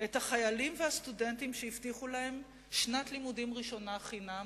את החיילים והסטודנטים שהבטיחו להם שנת לימודים ראשונה חינם?